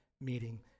meeting